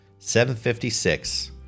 756